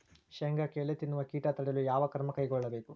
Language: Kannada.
ಶೇಂಗಾಕ್ಕೆ ಎಲೆ ತಿನ್ನುವ ಕೇಟ ತಡೆಯಲು ಯಾವ ಕ್ರಮ ಕೈಗೊಳ್ಳಬೇಕು?